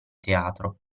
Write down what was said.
teatro